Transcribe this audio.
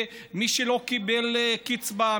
מי שלא קיבל קצבה,